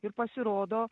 ir pasirodo